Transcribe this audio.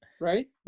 right